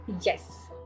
Yes